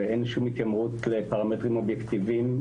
אין שום התיימרות לפרמטרים אובייקטיביים.